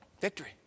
Victory